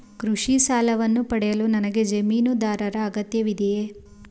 ಕೃಷಿ ಸಾಲವನ್ನು ಪಡೆಯಲು ನನಗೆ ಜಮೀನುದಾರರ ಅಗತ್ಯವಿದೆಯೇ?